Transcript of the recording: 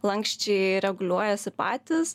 lanksčiai reguliuojasi patys